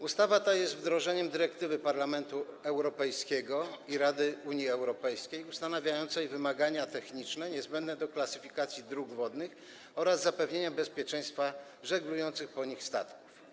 Ustawa ta jest wdrożeniem dyrektywy Parlamentu Europejskiego i Rady Unii Europejskiej ustanawiającej wymagania techniczne niezbędne do klasyfikacji dróg wodnych oraz zapewnienia bezpieczeństwa żeglujących po nich statków.